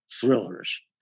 thrillers